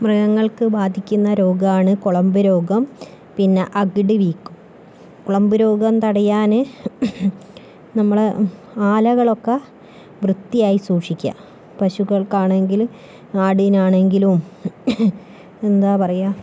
മൃഗങ്ങൾക്ക് ബാധിക്കുന്ന രോഗമാണ് കുളമ്പു രോഗം പിന്നെ അകിട് വീക്കം കുളമ്പു രോഗം തടയാന് നമ്മള് ആലകളൊക്കെ വൃത്തിയായി സൂക്ഷിക്കുക പശുക്കൾക്കാണെങ്കില് നാടിനാണെങ്കിലും എന്താ പറയുക